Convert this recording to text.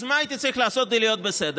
אז מה הייתי צריך לעשות כדי להיות בסדר?